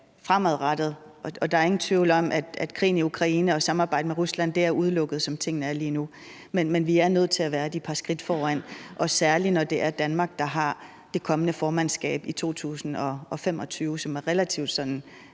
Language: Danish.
fremadrettet, og der er ingen tvivl om, at med krigen i Ukraine er samarbejdet med Rusland udelukket, som tingene er lige nu. Men vi er nødt til at være de par skridt foran, og særlig når det er Danmark, der har det kommende formandskab i 2025, hvilket er relativt sådan